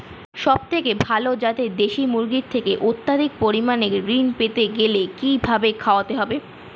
সবথেকে ভালো যাতে দেশি মুরগির থেকে অত্যাধিক পরিমাণে ঋণ পেতে গেলে কি খাবার খাওয়াতে হবে?